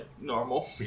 normal